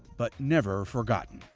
but never forgotten.